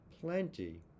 plenty